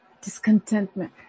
Discontentment